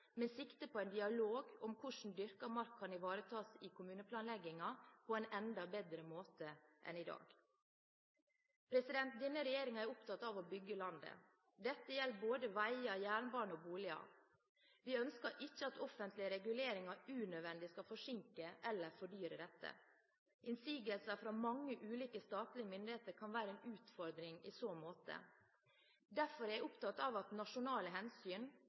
med sikte på en dialog om hvordan dyrket mark kan ivaretas i kommuneplanleggingen på en enda bedre måte enn i dag. Denne regjeringen er opptatt av å bygge landet. Dette gjelder både veier, jernbane og boliger. Vi ønsker ikke at offentlige reguleringer unødvendig skal forsinke eller fordyre dette. Innsigelser fra mange ulike statlige myndigheter kan være en utfordring i så måte. Derfor er jeg opptatt av at nasjonale hensyn,